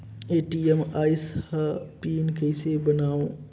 ATM आइस ह PIN कइसे बनाओ?